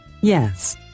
Yes